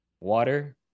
Water